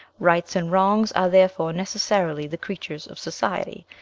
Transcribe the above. rights and wrongs are therefore necessarily the creatures of society,